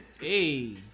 Hey